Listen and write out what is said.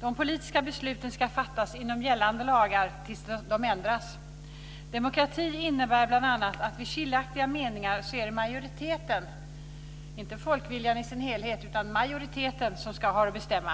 De politiska besluten ska fattas inom gällande lagar tills de ändras. Demokrati innebär bl.a. att det vid skiljaktiga meningar är majoriteten - inte folkviljan i sin helhet - som ska bestämma.